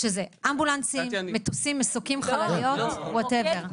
שזה אמבולנסים, מטוסים, מסוקים, חלליות, whatever.